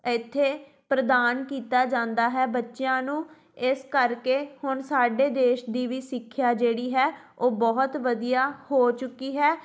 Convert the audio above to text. ਇੱਥੇ ਪ੍ਰਦਾਨ ਕੀਤਾ ਜਾਂਦਾ ਹੈ ਬੱਚਿਆਂ ਨੂੰ ਇਸ ਕਰਕੇ ਹੁਣ ਸਾਡੇ ਦੇਸ਼ ਦੀ ਵੀ ਸਿੱਖਿਆ ਜਿਹੜੀ ਹੈ ਉਹ ਬਹੁਤ ਵਧੀਆ ਹੋ ਚੁੱਕੀ ਹੈ